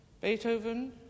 Beethoven